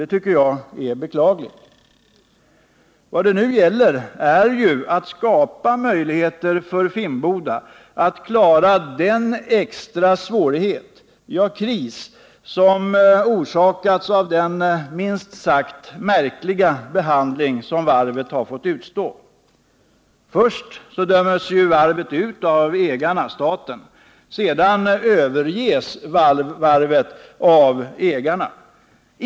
Det tycker jag är beklagligt. Nu gäller det att skapa möjligheter för Finnboda att klara den extra svårighet, ja, kris, som orsakats av den minst sagt märkliga behandling som varvet har fått utstå. Först döms varvet ut av ägarna — staten. Sedan överges varvet av ägarna.